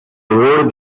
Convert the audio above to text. awarded